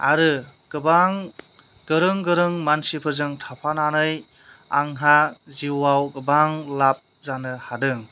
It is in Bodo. आरो गोबां गोरों गोरों मानसिफोरजों थाफानानै आंहा जिउआव गोबां लाभ जानो हादों